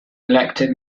elected